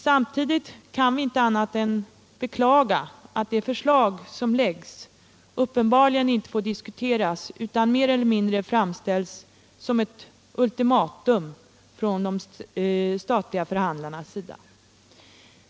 Samtidigt kan vi inte annat än beklaga att det förslag som läggs uppenbarligen inte får diskuteras utan mer eller mindre framställs som ett ultimatum från de statliga förhandlarnas sida.